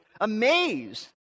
amazed